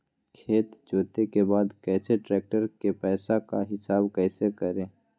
खेत जोते के बाद कैसे ट्रैक्टर के पैसा का हिसाब कैसे करें?